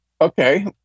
okay